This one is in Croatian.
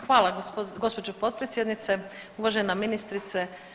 Hvala gđo. potpredsjednice, uvažena ministrice.